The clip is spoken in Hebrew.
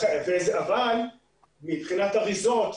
אבל מבחינת אריזות,